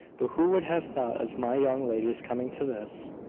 but who would have thought of my young ladies coming to this?